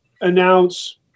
announce